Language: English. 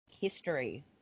history